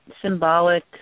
symbolic